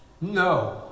No